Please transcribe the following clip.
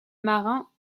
marin